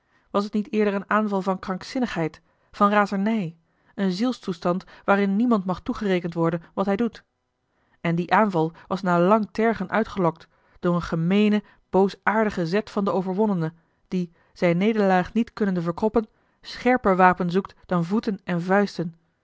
was het niet eerder een aanval van krankzinnigheid van razernij een zielstoestand waarin niemand mag toegerekend worden wat hij doet en die aanval was na lang tergen uitgelokt door eenen gemeenen boosaardigen zet van den overwonnene die zijne nederlaag niet kunnende verkroppen scherper wapen zoekt dan voeten en vuisten